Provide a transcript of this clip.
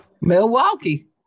Milwaukee